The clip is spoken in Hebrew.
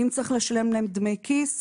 אם צריך לשלם להם דמי כיס